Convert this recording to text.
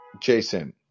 Jason